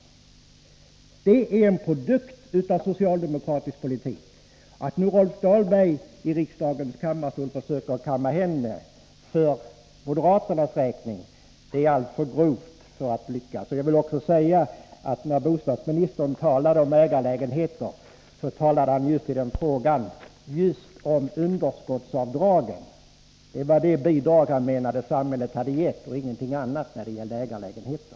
Det är en produkt av socialdemokratisk politik. Att Rolf Dahlberg nu i riksdagens kammare försöker kamma hem det här för moderaternas räkning är alltför grovt för att lyckas. Jag vill också säga, att när bostadsministern talade om ägarlägenheter, talade han just om underskottsavdragen. Det var det bidrag han menade att samhället hade gett och ingenting annat när det gäller ägarlägenheter.